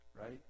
right